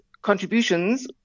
contributions